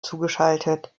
zugeschaltet